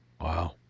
wow